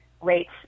rates